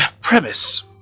premise